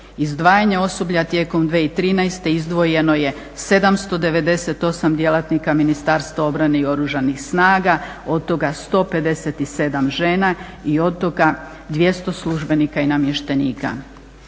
Izdvajanje osoblja tijekom 2013. izdvojeno je 798 djelatnika Ministarstva obrane i Oružanih snaga, od toga 157 žena i od toga 200 službenika i namještenika.